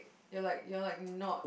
you're like you're like not